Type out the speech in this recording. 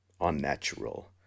unnatural